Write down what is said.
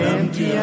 Empty